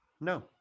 no